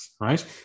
right